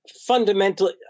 fundamentally